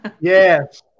Yes